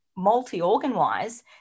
Multi-organ-wise